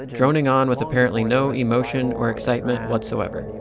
droning on with apparently no emotion or excitement whatsoever.